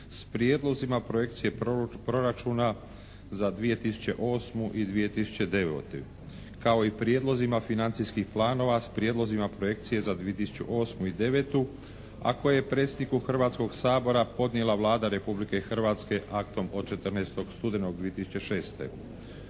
s prijedlozima projekcije proračuna za 2008. i 2009. kao i prijedlozima financijskih planova s prijedlozima projekcije za 2008. i 2009., a koje je predsjedniku Hrvatskog sabora podnijela Vlada Republike Hrvatske aktom od 14. studenog 2006.